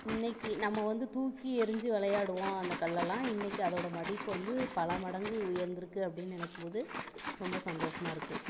இன்றைக்கு நம்ம வந்து தூக்கி எறிஞ்சி விளையாடுவோம் அந்த கல்லெலலாம் இன்றைக்கு அதோடய மதிப்பு வந்து பல மடங்கு உயர்ந்துருக்கு அப்படின்னு நினக்கும் போது ரொம்ப சந்தோஷமாக இருக்குது